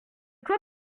quoi